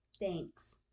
Thanks